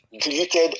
deleted